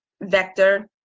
vector